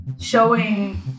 Showing